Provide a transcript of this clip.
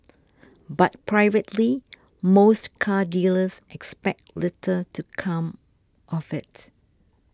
but privately most car dealers expect little to come of it